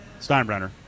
Steinbrenner